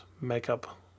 makeup